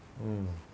mm